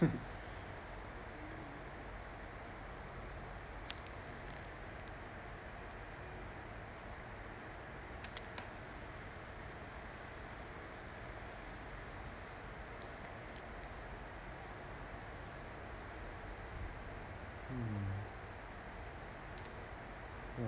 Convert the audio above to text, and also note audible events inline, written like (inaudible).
(laughs) mm